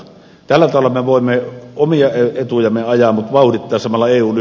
tällä tavalla me voimme omia etujamme ajaa mutta vauhdittaa samalla eun